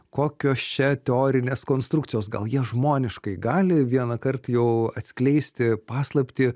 kokios čia teorinės konstrukcijos gal jie žmoniškai gali vienąkart jau atskleisti paslaptį